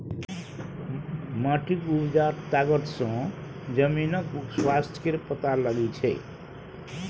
माटिक उपजा तागत सँ जमीनक स्वास्थ्य केर पता लगै छै